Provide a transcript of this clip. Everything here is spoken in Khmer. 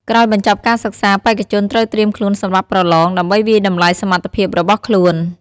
ក្រោយបញ្ចប់ការសិក្សា បេក្ខជនត្រូវត្រៀមខ្លួនសម្រាប់ប្រឡង ដើម្បីវាយតម្លៃសមត្ថភាពរបស់ខ្លួន។